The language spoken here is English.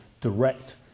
direct